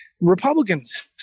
Republicans